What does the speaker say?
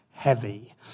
heavy